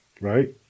Right